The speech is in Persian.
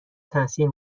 تاثیر